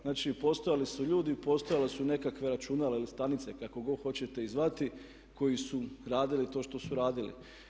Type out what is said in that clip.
Znači, postojali su ljudi, postojali su nekakva računala ili stanice kako god hoćete ih zvati koji su radili to što su radili.